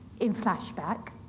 in flashback,